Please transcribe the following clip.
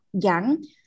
young